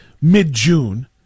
mid-June